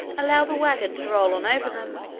allow the wagon to roll on over them,